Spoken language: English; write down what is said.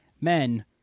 men